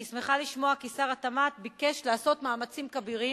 אני שמחה לשמוע כי שר התמ"ת ביקש לעשות מאמצים כבירים,